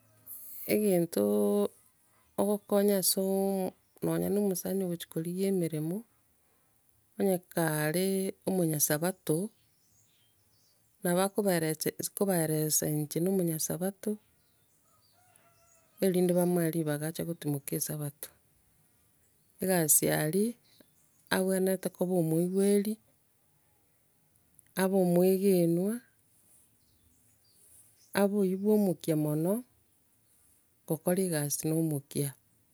Egentoo ogokonya asoo nonya no omosani ogochia korigia emeremo, nonya kaare omonyasabato, nabo akobaeresches- kobaeresa inche no omonyasabato, erinde bamwoe ribaga ache gotimoka esabato. Egasi aria, abwenerete koba omoigweri, abe omoegenwa, abe oywo bwa omokia mono gokora egasi na omokia.